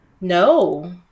No